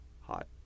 Hot